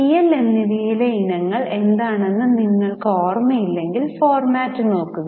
P L എന്നിവയിലെ ഇനങ്ങൾ എന്താണെന്ന് നിങ്ങൾക്ക് ഓർമ്മയില്ലെങ്കിൽ ഫോർമാറ്റ് നോക്കുക